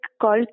called